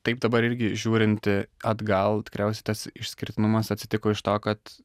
taip dabar irgi žiūrint atgal tikriausiai tas išskirtinumas atsitiko iš to kad